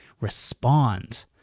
respond